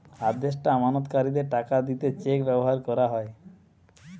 আদেষ্টা আমানতকারীদের টাকা দিতে চেক ব্যাভার কোরা হয়